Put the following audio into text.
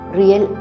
real